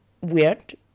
weird